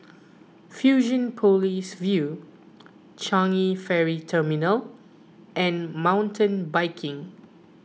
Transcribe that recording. Fusionopolis View Changi Ferry Terminal and Mountain Biking